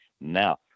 now